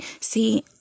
see